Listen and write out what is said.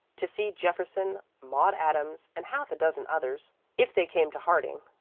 to see jefferson, maude adams, and half a dozen others if they came to harding.